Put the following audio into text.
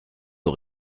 aux